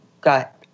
got